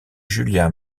julia